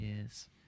Yes